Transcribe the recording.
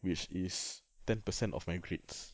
which is ten percent of my grades